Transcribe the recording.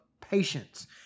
patience